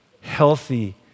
healthy